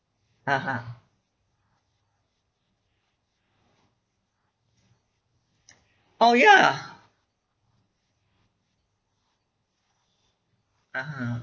(uh huh) oh ya (uh huh)